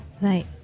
Right